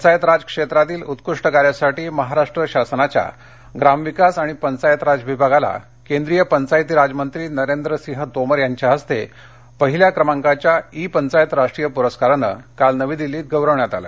पंचायतराज क्षेत्रातील उत्कृष्ट कार्यासाठी महाराष्ट्र शासनाच्या ग्रामविकास आणि पंचायतराज विभागाला केंद्रीय पंचायती राज मंत्री नरेंद्र सिंह तोमर यांच्या हस्ते पहिल्या क्रमांकाच्या ई पंचायत राष्ट्रीय पुरस्काराने काल नवी दिल्लीत गौरविण्यात आले